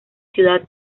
ciudad